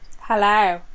Hello